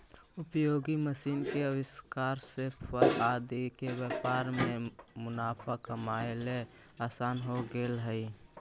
उपयोगी मशीन के आविष्कार से फल आदि के व्यापार में मुनाफा कमाएला असान हो गेले हई